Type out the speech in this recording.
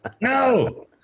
no